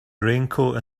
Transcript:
raincoat